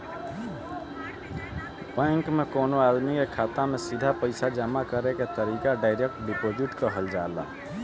bank में कवनो आदमी के खाता में सीधा पईसा जामा करे के तरीका डायरेक्ट डिपॉजिट कहल जाला